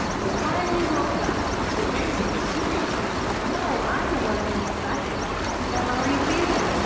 you finally woke up it's amazing to see you again. no, i'm the one who's excited so how are you feeling?